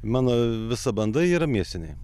mano visa banda yra mėsiniai